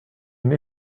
une